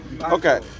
okay